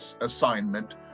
assignment